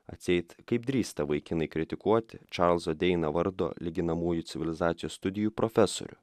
atseit kaip drįsta vaikinai kritikuoti čarlzo deina vardo lyginamųjų civilizacijos studijų profesorių